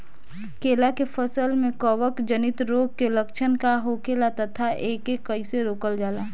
केला के फसल में कवक जनित रोग के लक्षण का होखेला तथा एके कइसे रोकल जाला?